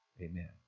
Amen